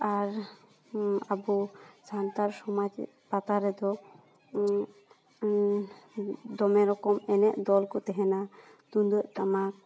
ᱟᱨ ᱟᱵᱚ ᱥᱟᱱᱛᱟᱲ ᱥᱚᱢᱟᱡᱽ ᱯᱟᱛᱟ ᱨᱮᱫᱚ ᱫᱚᱢᱮ ᱨᱚᱠᱚᱢ ᱮᱱᱮᱡ ᱫᱚᱞ ᱠᱚ ᱛᱟᱦᱮᱱᱟ ᱛᱩᱢᱫᱟᱜ ᱴᱟᱢᱟᱠ